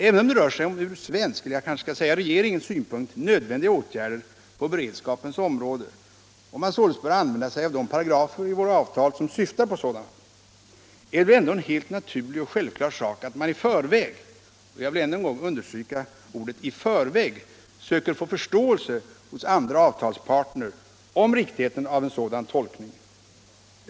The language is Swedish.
Även om det rör sig om från svensk — eller jag kanske skall säga regeringens —- synpunkt nödvändiga åtgärder på beredskapens område och man således bör använda sig av de paragrafer i våra avtal som syftar på sådana, är det väl ändå en helt naturlig och självklar sak att man i förväg — och jag vill ännu en gång understryka orden i förväg — söker få förståelse hos sina avtalspartner för riktigheten av en sådan tolkning.